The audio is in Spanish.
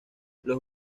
los